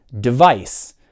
device